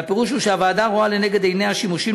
והפירוש הוא שהוועדה רואה לנגד עיניה שימושים